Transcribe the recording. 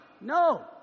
no